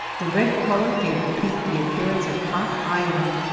the red color gave the peak the appearance of hot iron,